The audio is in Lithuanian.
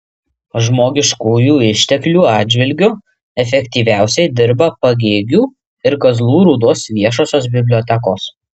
žmogiškųjų išteklių atžvilgiu efektyviausiai dirba pagėgių ir kazlų rūdos viešosios bibliotekos